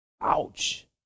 Ouch